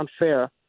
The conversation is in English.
unfair